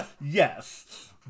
Yes